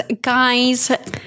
guys